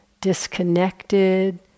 disconnected